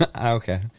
Okay